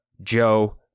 Joe